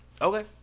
okay